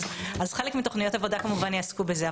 אז חלק מתוכניות העבודה כמובן יעסקו בזה.